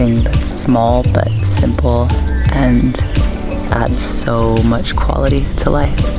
small but simple and adds so much quality to like